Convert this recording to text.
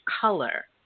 color